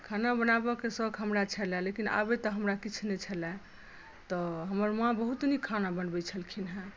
खाना बनाबयके शौक हमरा छलए लेकिन आबय तऽ हमरा किछु नहि छलए तऽ हमर माँ बहुत नीक खाना बनबैत छलखिन हेँ